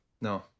No